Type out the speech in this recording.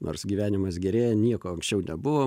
nors gyvenimas gerėja nieko anksčiau nebuvo